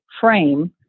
frame